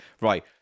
Right